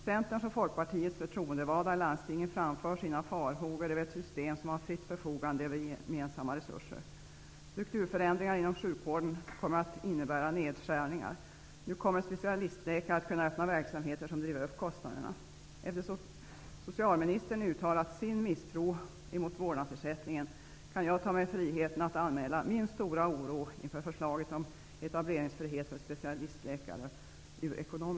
Centerns och Folkpartiets förtroendevalda i landstingen framför sina farhågor över ett system som ger fritt förfogande över gemensamma resurser. Strukturförändringar inom sjuvården kommer att innebära nedskärningar. Nu kommer specialistläkare att kunna öppna verksamheter som driver upp kostnaderna. Eftersom socialministern uttalat sin misstro emot vårdnadsersättningen, kan jag ta mig friheten att anmäla min stora oro, ur ekonomisk synpunkt, inför förslaget om etableringsfrihet för specialistläkare.